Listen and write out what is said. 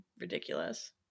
ridiculous